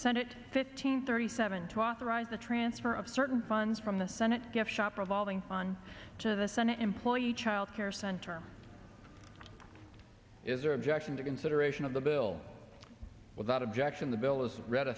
senate fifteen thirty seven to authorize the transfer of certain funds from the senate gift shop revolving on to the senate employee child care center is or objection to consideration of the bill without objection the bill was read